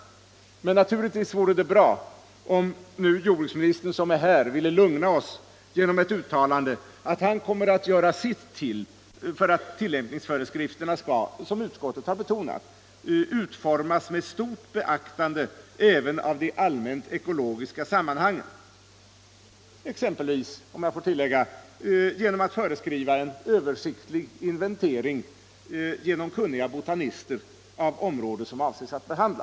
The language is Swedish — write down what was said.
spridning av Naturligtvis vore det bra om jordbruksministern, som är här, ville lugna bekämpningsmedel oss genom ett uttalande att han kommer att göra sitt till för att till-— från luften lämpningsföreskrifterna skall, som utskottet betonat, utformas med stort beaktande av de allmänt ekologiska sammanhangen, exempelvis, om jag får göra ett tillägg, genom att föreskriva en översiktlig inventering genom kunniga botanister av områden som man avser att behandla.